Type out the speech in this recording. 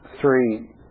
three